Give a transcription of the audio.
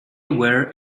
were